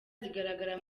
zigaragara